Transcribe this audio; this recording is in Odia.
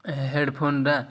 ହେଡ଼୍ ଫୋନଟା